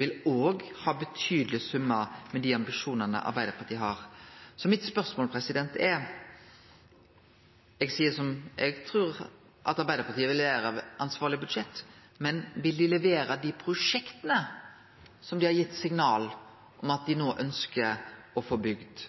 vil òg ha betydelege summar med dei ambisjonane Arbeidarpartiet har. Mitt spørsmål er: Eg trur at Arbeidarpartiet vil levere ansvarlege budsjett, men vil dei levere på dei prosjekta som dei har gitt signal om at dei no ønskjer å få bygd?